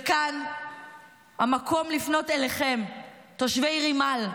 כאן המקום לפנות אליכם, תושבי רימאל,